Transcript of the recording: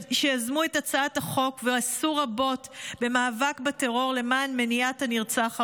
שיזמו את הצעת החוק ועשו רבות למאבק בטרור למען מניעת הנרצח הבא,